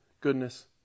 goodness